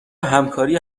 همکاری